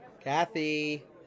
Kathy